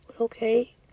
Okay